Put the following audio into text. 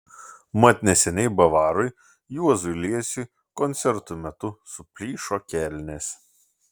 mat neseniai bavarui juozui liesiui koncerto metu suplyšo kelnės